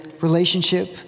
relationship